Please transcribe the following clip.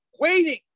Waiting